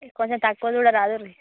కొంచెం తక్కువ చూడరాదుర్రి